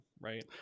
right